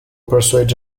persuades